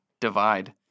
divide